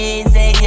Easy